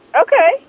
Okay